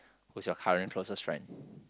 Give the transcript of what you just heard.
who is your current closest friend